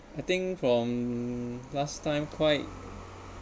I think from last time quite